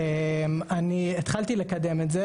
אני התחלתי לקדם את זה.